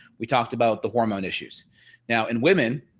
we talked about the hormone issues now in women.